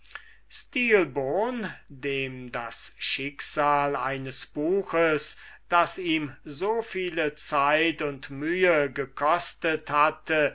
stilbon dem das schicksal eines buches das ihm so viele zeit und mühe gekostet hatte